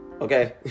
Okay